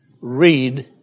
read